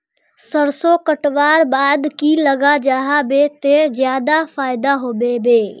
सरसों कटवार बाद की लगा जाहा बे ते ज्यादा फायदा होबे बे?